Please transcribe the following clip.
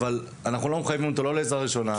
אנחנו לא מחייבים אותו בעזרה ראשונה.